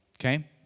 Okay